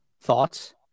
Thoughts